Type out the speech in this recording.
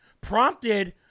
prompted